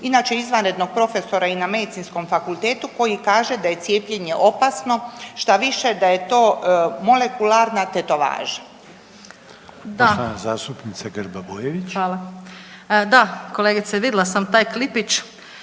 inače izvanrednog profesora i na Medicinskom fakultetu koji kaže da je cijepljenje opasno, štaviše da je to molekularna tetovaža? **Reiner, Željko